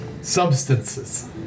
substances